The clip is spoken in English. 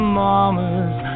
mama's